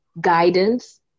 guidance